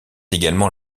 également